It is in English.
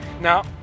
Now